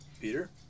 Peter